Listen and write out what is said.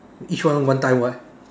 each time one time what